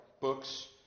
Books